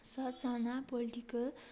स साना पोलिटिकल